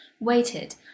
waited